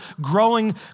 growing